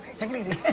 take it easy.